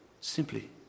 Simply